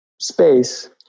space